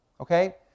okay